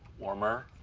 warmer!